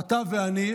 אתה ואני,